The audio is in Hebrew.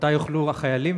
יוכלו החיילים,